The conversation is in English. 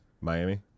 Miami